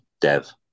dev